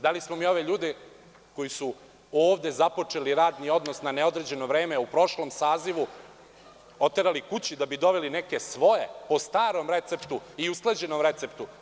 Da li smo mi ove ljude koji su ovde započeli radni odnos na neodređeno vreme u prošlom sazivu oterali kući da bi doveli neke svoje, po starom receptu i usklađenom receptu?